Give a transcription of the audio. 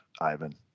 Ivan